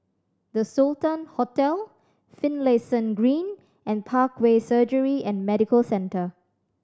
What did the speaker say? The Sultan Hotel Finlayson Green and Parkway Surgery and Medical Centre